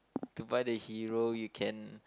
to buy the hero you can